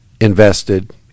invested